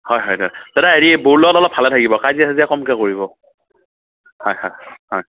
হয় হয় দাদা দাদা হেৰি বৌৰ লগত অলপ ভালে থাকিব কাজিয়া চাজিয়া কমকৈ কৰিব হয় হয় হয়